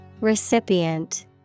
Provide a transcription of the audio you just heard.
Recipient